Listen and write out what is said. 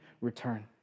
return